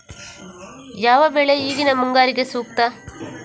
ಯಾವ ಬೆಳೆ ಈಗಿನ ಮುಂಗಾರಿಗೆ ಸೂಕ್ತ?